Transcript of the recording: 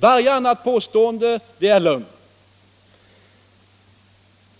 Varje annat påstående är lögn.